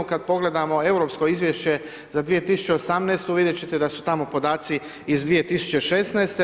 Kada pogledamo europsko izvješće za 2018. vidjeti ćete da su tamo podaci iz 2016.